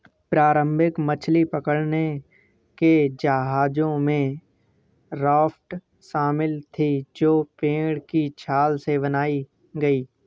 प्रारंभिक मछली पकड़ने के जहाजों में राफ्ट शामिल थीं जो पेड़ की छाल से बनाई गई